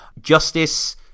Justice